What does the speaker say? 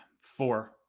Four